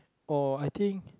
oh I think